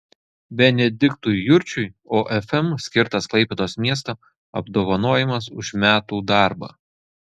benediktui jurčiui ofm skirtas klaipėdos miesto apdovanojimas už metų darbą